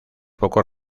pocos